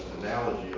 analogy